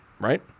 right